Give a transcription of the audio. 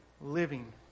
living